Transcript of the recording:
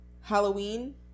Halloween